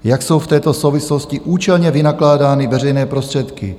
Jak jsou v této souvislosti účelně vynakládány veřejné prostředky?